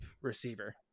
receiver